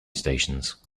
stations